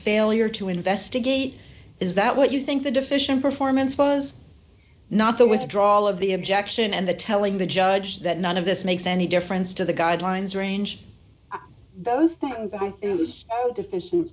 failure to investigate is that what you think the deficient performance was not the withdrawal of the objection and the telling the judge that none of this makes any difference to the guidelines range those th